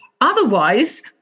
otherwise